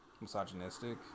misogynistic